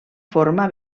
forma